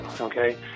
okay